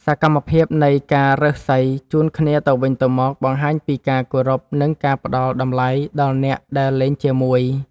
សកម្មភាពនៃការរើសសីជូនគ្នាទៅវិញទៅមក បង្ហាញពីការគោរព និងការផ្តល់តម្លៃដល់អ្នកដែលលេងជាមួយ។